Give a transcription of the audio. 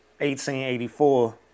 1884